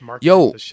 yo